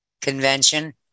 convention